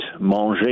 manger